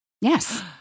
Yes